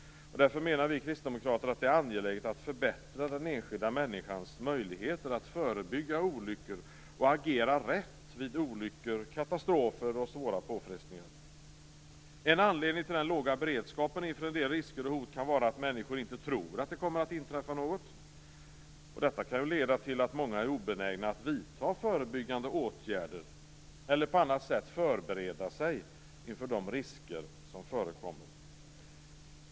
Därför menar vi kristdemokrater att det är angeläget att förbättra den enskilda människans möjligheter att förebygga olyckor och agera rätt vid olyckor, katastrofer och svåra påfrestningar. En anledning till den låga beredskapen inför en del risker och hot kan vara att människor inte tror att det kommer att inträffa något. Det kan leda till att många är obenägna att vidta förebyggande åtgärder eller på andra sätt förbereda sig inför de risker som förekommer.